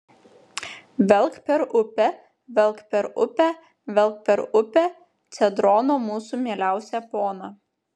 velk per upę velk per upę velk per upę cedrono mūsų mieliausią poną